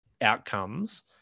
outcomes